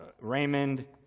Raymond